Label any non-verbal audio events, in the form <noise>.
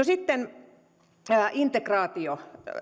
<unintelligible> sitten integraatio